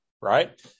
right